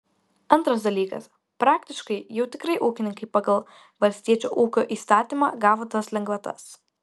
antras dalykas praktiškai jau tikrai ūkininkai pagal valstiečio ūkio įstatymą gavo tas lengvatas